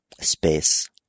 space